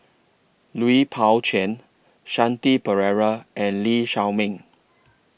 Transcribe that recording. Lui Pao Chuen Shanti Pereira and Lee Shao Meng